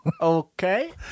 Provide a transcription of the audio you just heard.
okay